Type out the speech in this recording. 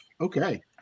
okay